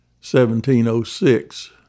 1706